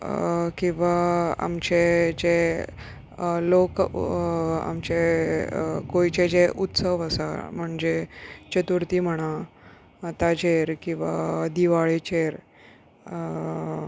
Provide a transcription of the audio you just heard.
किंवा आमचे जे लोक आमचे गोंयचे जे उत्सव आसा म्हणजे चतुर्थी म्हणा ताचेर किंवां दिवाळेचेर